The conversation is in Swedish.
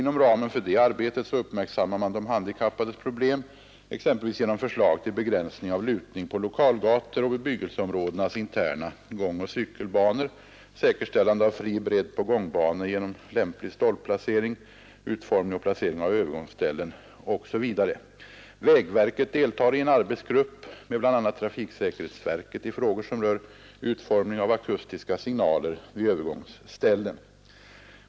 Inom ramen för detta arbete uppmärksammar man de handikappades problem, exempelvis genom förslag till begränsning av lutning på lokalgator och bebyggelseområdenas interna gångoch cykelbanor, säkerställande av fri bredd på gångbanor genom lämplig stolpplacering, utformning och placering av övergångsställen, osv. Vägverket deltar i en arbetsgrupp med bl.a. trafiksäkerhetsverket i frågor som rör utformning av akustiska signaler vid övergångsställen.